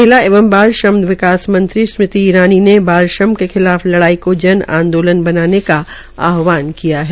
महिला बाल श्रम विकास मंत्री स्मृति ईरानी ने बाल श्रम के खिलाफ लड़ाई को आंदोलन बनाने का आहवान किया है